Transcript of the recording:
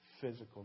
physical